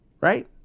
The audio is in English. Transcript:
Right